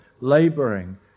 laboring